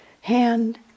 hand